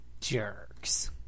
Jerks